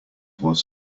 was